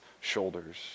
shoulders